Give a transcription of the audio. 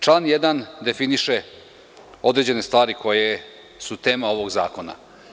Član 1. definiše određene stvari koje su tema ovog zakona.